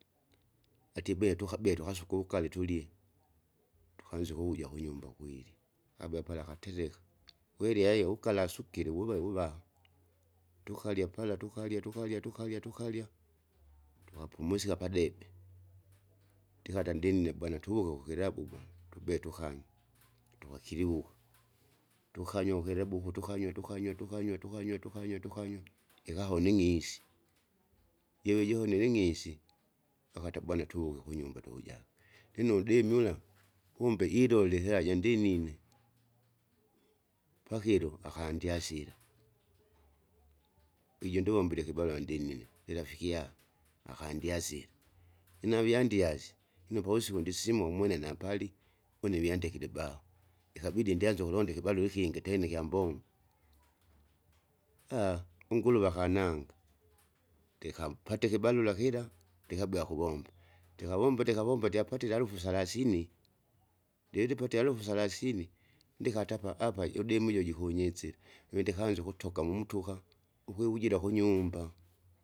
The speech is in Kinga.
Atie bee tukabie tukasuka ugali turye, tukanza ukuwuja kunyumba kuirya aba pala katereka, werya haya ukala asukile wuve wuva, tukarya pala tukarya tukarya tukarya tukarya, tukapumisika padebe ndikata ndinne bwana tuwuke kukilabu bwana tubie tukanywe, tukakiliwuka, tukanywe kukilabu uku tukanywe tukanywe tukanywe tukanywe tukanywe tukanywe jikahone ing'isi jove johonele ing'isi akata bwana tuwuke kunyumba tuvujage. Lino undimula kumbe ilole ihera jandinnine, pakilo akandyasila, ijo ndivombile ikibarura ndinnine irafiki yake, akandyasila, lina aviandyasi lino pavusiku ndisisimuka umwene napali, une vyandekile baho, ikabidi ndyanze ukulonda ikibarura ikingi tema ikyambombo, unguluwe akanange, ndikampata ikibarura kila ndikabia kuvomba ndikavomba ndikavomba ndyapatie alufu salasini. Ndindipatie alufu salasini ndikati apa apa judemu ijo jikunyinsila, windikanza ukutuka mumutuka, ukwiwujira kunyumba.